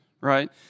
right